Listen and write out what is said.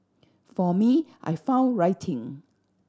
for me I found writing